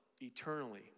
eternally